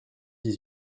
dix